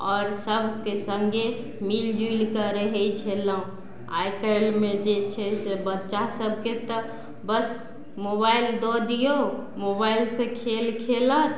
आओर सबके सङ्गे मिल जुलि कऽ रहय छलहुँ आइ काल्हिमे जे छै से बच्चा सभके तऽ बस मोबाइल दऽ दियौ मोबाइलसँ खेल खेलत